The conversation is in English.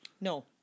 no